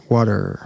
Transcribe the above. Water